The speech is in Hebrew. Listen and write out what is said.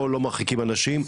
פה לא מרחיקים אנשים --- סליחה,